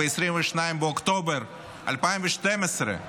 ב-22 באוקטובר 2012,